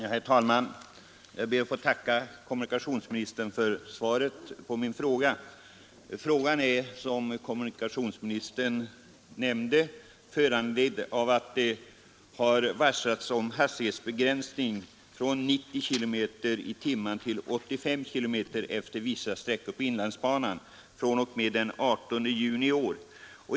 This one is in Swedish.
Herr talman! Jag ber att få tacka kommunikationsministern för svaret på min fråga. Frågan är, som kommunikationsministern förmodade, föranledd av att det har varslats om hastighetsbegränsning från 90 km tim efter vissa sträckor på inlandsbanan fr.o.m. den 18 juni i år.